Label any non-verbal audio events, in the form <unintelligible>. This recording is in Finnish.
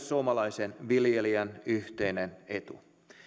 <unintelligible> suomalaisen viljelijän yhteinen etu